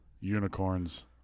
Unicorns